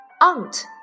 Aunt